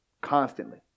constantly